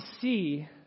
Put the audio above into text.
see